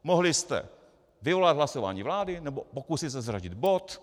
Mohli jste vyvolat hlasování vlády nebo se pokusit zařadit bod.